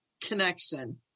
connection